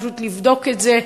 פשוט יש לבדוק את זה,